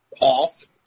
off